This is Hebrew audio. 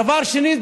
דבר שני,